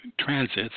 transits